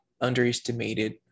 underestimated